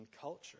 culture